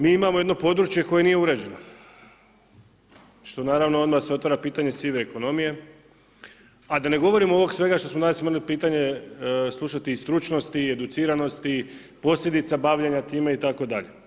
Mi imamo jedno područje koje nije urađeno, što naravno odmah se otvara pitanje sive ekonomije, a da ne govorim ovog svega što danas imali pitanje slušati i stručnosti i educiranosti, posljedica bavljenja time itd.